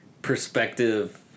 Perspective